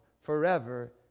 forever